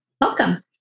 Welcome